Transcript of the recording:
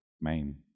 main